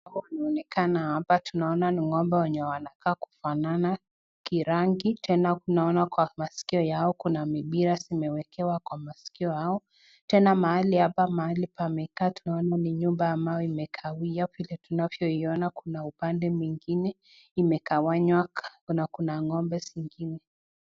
Hapa kunaonekana hapa ni ng'ombe wenye wanakaa kufanana kirangi tena tunaona kwa masikio yao kuna mipira zimewekewa kwa masikio yao. Tena mahali hapa mahali pamekaa tunaona ni nyumba ambayo iliyokawia, vile tunavyoiona muna upande mwingine imegawanywa na kuna ng'ombe wengine.